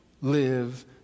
live